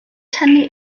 tynnu